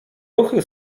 ruchy